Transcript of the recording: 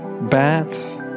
bats